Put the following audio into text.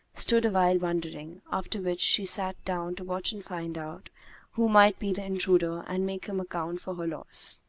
stood awhile wondering after which she sat down to watch and find out who might be the intruder and make him account for her loss.